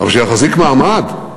אבל שיחזיק מעמד.